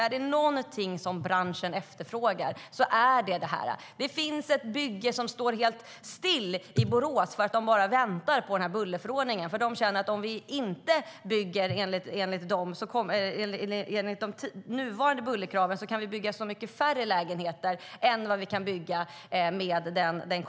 Är det något som branschen efterfrågar är det detta. Ett bygge i Borås står helt still i väntan på bullerförordningen eftersom de känner att om de måste bygga enligt de nuvarande bullerkraven kan de bygga färre lägenheter än de kan med den kommande.